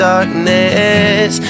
Darkness